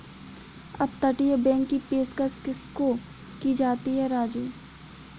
अपतटीय बैंक की पेशकश किसको की जाती है राजू?